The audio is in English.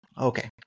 Okay